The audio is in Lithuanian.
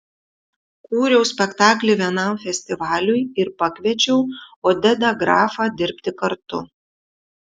kūriau spektaklį vienam festivaliui ir pakviečiau odedą grafą dirbti kartu